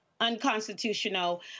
unconstitutional